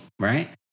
Right